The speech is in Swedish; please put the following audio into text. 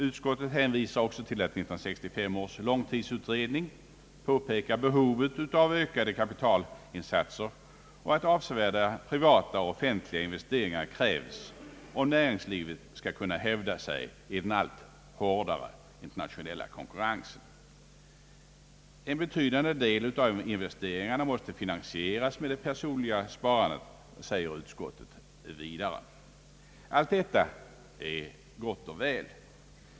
Utskottet hänvisar också till att 1965 års långtidsutredning påpekar behovet av ökade kapitalinsatser och att avsevärda privata och offentliga investeringar krävs om näringslivet skall kunna hävda sig i den allt hårdare internationella konkurrensen. En betydande del av investeringarna måste finansieras med det personliga sparandet, säger utskottet vidare. Allt detta är gott och väl.